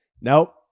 Nope